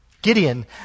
Gideon